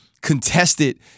contested